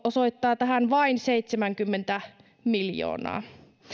hallitus osoittaa tähän vain seitsemänkymmentä miljoonaa